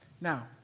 Now